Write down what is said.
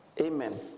Amen